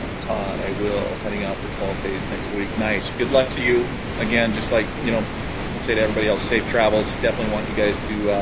ah todd i will heading out for twelve days next week nice good luck to you again just like you know say to everybody else safe travels definitely want you guys to